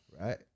right